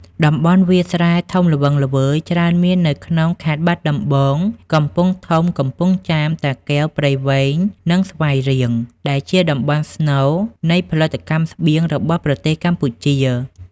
តំបន់វាលស្រែធំល្វឹងល្វើយច្រើនមាននៅក្នុងខេត្តបាត់ដំបង កំពង់ធំ កំពង់ចាម តាកែវ ព្រៃវែង និងស្វាយរៀង ដែលជាតំបន់ស្នូលនៃផលិតកម្មស្បៀងរបស់ប្រទេសកម្ពុជា។